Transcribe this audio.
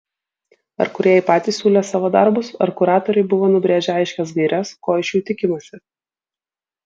ar kūrėjai patys siūlė savo darbus ar kuratoriai buvo nubrėžę aiškias gaires ko iš jų tikimasi